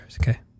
Okay